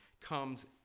comes